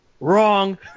Wrong